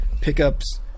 pickups